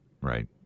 Right